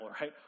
right